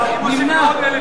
ירים את ידו.